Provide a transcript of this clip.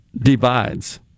divides